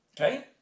okay